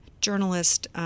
journalist